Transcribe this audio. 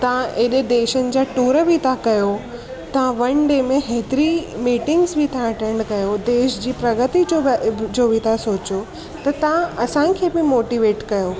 तव्हां अहिड़े देशनि जा टूर बि तव्हां कयो तव्हां वन डे में हेतिरी मीटिंग्स बि तव्हां अटैंड कयो देश जी प्रगति जो जो बि तव्हां सोचो त तव्हां असांखे बि मोटीवेट कयो